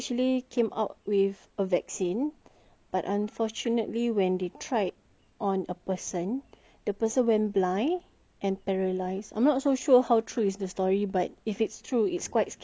but unfortunately when they tried on a person the person went blind and paralysed I'm not so sure how true is the story but if it's true it's quite scary because you really don't know